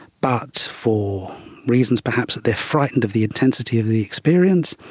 but for reasons perhaps that they are frightened of the intensity of the experience,